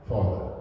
Father